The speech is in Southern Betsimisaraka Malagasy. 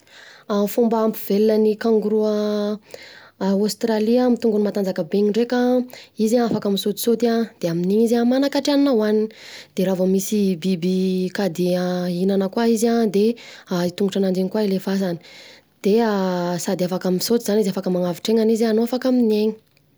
Fomba hampivelona ny kangoroa a Aostralia amin’ny tongony matanjaka be iny ndreka an, izy afaka misôtisôty an, de amin’ny izy manakatra hanina hoanina, de raha vao misy biby ka de hihinana koa izy an, de i tongotra ananjy koa ilefasany, de a sady afaka misôty zany izy afaka manavotra ainany, no afaka miaina.